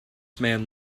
man